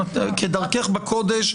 כדרכך בקודש,